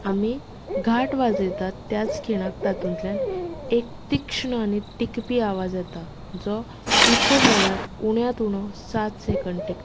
आमी घांट वाजयतात त्याच खिणाक तातूंतल्यान एक तीक्ष्ण आनी तिखपी आवाज येता जो इको मोडांत उण्यांत उणो सात सेकंद टिकता